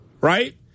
right